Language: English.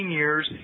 years